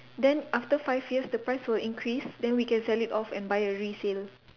then after five years the price will increase then we can sell it off and buy a resale